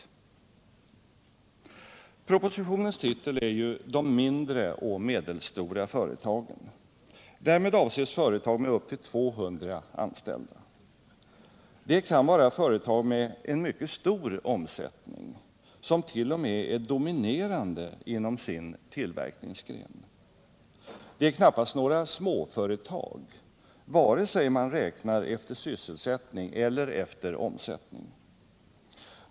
Propositionens titel är De mindre och medelstora företagen. Därmed avses företag med upp till 200 anställda. Det kan vara företag med mycket stor omsättning, som t.o.m. är dominerande inom sin tillverkningsgren. Det är knappast några småföretag, vare sig man räknar efter sysselsättning eller omsättning.